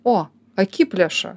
o akiplėša